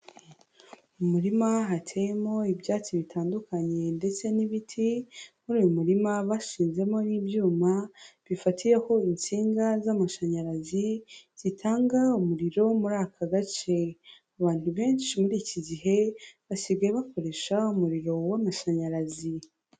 Mu murima hateyemo ibyatsi bitandukanye ndetse n'ibiti, muri uyu murima bashinzemo n'ibyuma bifatiyeho insinga z'amashanyarazi zitanga umuriro muri aka gace, abantu benshi muri iki gihe basigaye bakoresha umuriro w'amashanyarazi.